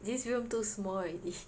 this room too small already